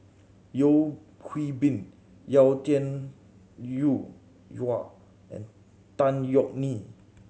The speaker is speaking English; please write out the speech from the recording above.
Yeo Hwee Bin Yau Tian Yau and Tan Yeok Nee